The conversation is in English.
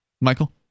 Michael